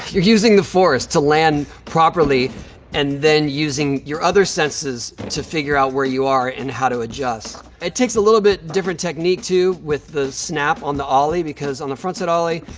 you're using the force to land properly and then using your other senses to figure out where you are and how to adjust it takes a little bit different technique, too, with the snap on the ollie because on the front-side ollie,